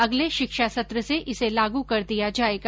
अगले शिक्षा सत्र से इसे लागू कर दिया जाएगा